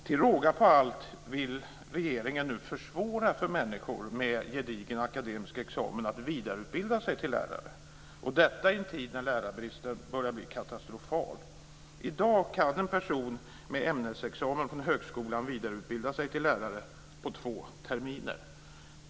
Till råga på allt vill regeringen nu försvåra för människor med gedigen akademisk examen att vidareutbilda sig till lärare, och detta i en tid när lärarbristen börjar bli katastrofal. I dag kan en person med ämnesexamen från högskolan vidareutbilda sig till lärare på två terminer.